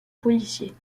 policier